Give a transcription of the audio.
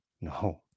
No